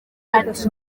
ati